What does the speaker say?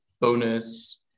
bonus